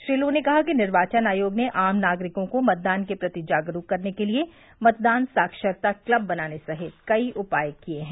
Shri Lu ने कहा कि निर्वाचन आयोग ने आम नागरिकों को मतदान के प्रति जागरूक करने के लिए मतदान साक्षरता क्लब बनाने सहित कई उपाय किये हैं